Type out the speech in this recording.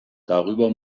darüber